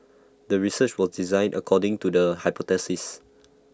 the research was designed according to the hypothesis